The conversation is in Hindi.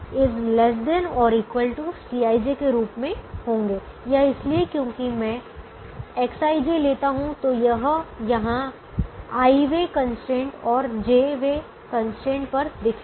अब यह ui vj ≤ Cij के रूप में होंगे यह इसलिए क्योंकि यदि मैं Xij लेता हूं तो यह यहां i वे कंस्ट्रेंट और j वे कंस्ट्रेंट पर दिखेगा